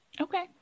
Okay